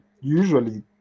usually